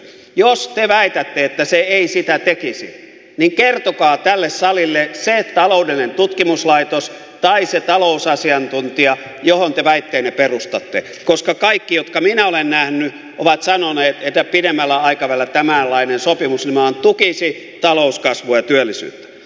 jos te väitätte että se ei sitä tekisi niin kertokaa tälle salille se taloudellinen tutkimuslaitos tai se talousasiantuntija johon te väitteenne perustatte koska kaikki jotka minä olen nähnyt ovat sanoneet että pidemmällä aikavälillä tämänlainen sopimus nimenomaan tukisi talouskasvua ja työllisyyttä